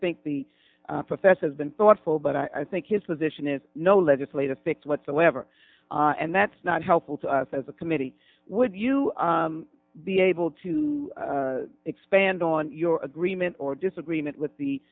think the professor has been thoughtful but i think his position is no legislative fix whatsoever and that's not helpful to us as a committee would you be able to expand on your agreement or disagreement with the